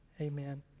Amen